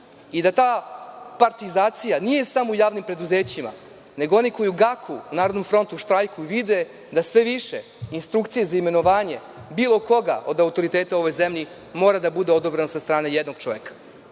i da ta partizacija nije samo u javnim preduzećima, nego oni koji u GAK Narodni front štrajkuju, vide da sve više instrukcija za imenovanje bilo koga od autoriteta u ovoj zemlji mora da bude odobreno sa strane jednog čoveka.